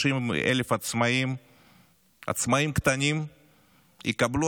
30,000 עצמאים קטנים יקבלו,